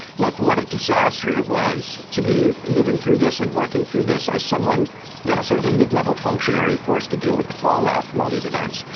like what a disaster it was to be living through this and working through this as someone, you know, a sort of a mid-level functionary forced to deal with the fallout from all these events.